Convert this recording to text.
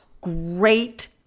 great